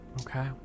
Okay